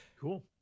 Cool